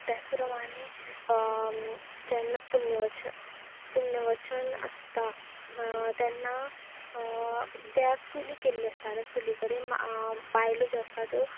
त्याच प्रमाणें जेन्ना पुण्यव पुण्यवचन आसता तेन्ना त्या चुली केल्ली आसता त्या चुली कडेन बायलो ज्यो आसता त्यो